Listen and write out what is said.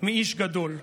מאיש גדול: